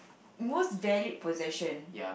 most valued possession